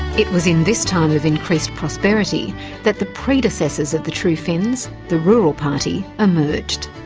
it was in this time of increased prosperity that the predecessors of the true finns, the rural party, emerged.